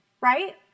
right